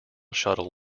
shuttle